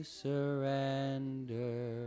surrender